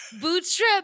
Bootstrap